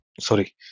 Sorry